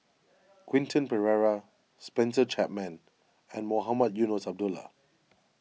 Quentin Pereira Spencer Chapman and Mohamed Eunos Abdullah